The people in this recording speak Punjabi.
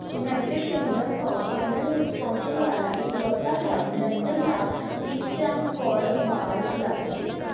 ਯੂਨਾਈਟਿਡ ਕਿੰਗਡਮ ਤੋਂ ਫਾਈਨਲ ਵਿੱਚ ਪਹੁੰਚਣ ਵਾਲਾ ਇਕਲੌਤਾ ਕਲੱਬ ਲੰਡਨ ਦਾ ਮਿਤਚੈਮ ਕੋਰਫਬਾਲ ਕਲੱਬ ਸੀ